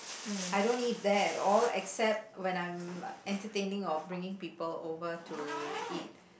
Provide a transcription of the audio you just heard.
I don't eat there at all except when I'm entertaining or bring people over to eat